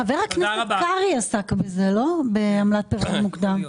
חבר הכנסת קרעי עסק בזה, בעמלת פירעון מוקדם.